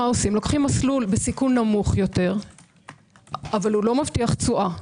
מה עושים - לוקחים מסלול בסיכון נמוך יותר אבל לא מבטיח תשואה.